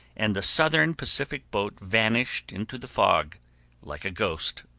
and the southern pacific boat vanished into the fog like a ghost,